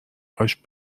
هاش